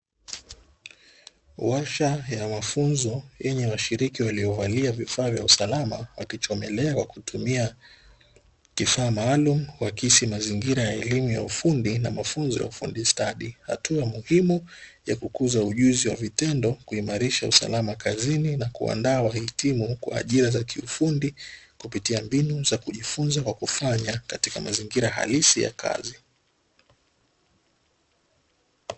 Warsha ya mafunzo yenye washiriki waliovalia vifaa vya usalama wakichomelea kwa kutumia kifaa maalum kuakisi mazingira ya elimu ya ufundi na mafunzo ya ufundi stadi. Hatua muhimu ya kukuza ujuzi wa vitendo kuimarisha usalama kazini na kuandaa wahitimu kwa ajira za kiufundi, kupitia mbinu za kujifunza kwa kufanya katika mazingira halisi ya kazi.